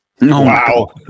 Wow